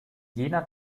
jener